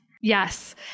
yes